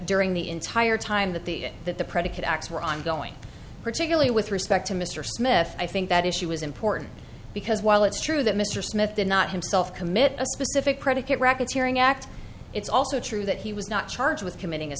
during the entire time that the that the predicate acts were ongoing particularly with respect to mr smith i think that issue is important because while it's true that mr smith did not himself commit a specific predicate records hearing act it's also true that he was not charged with committing a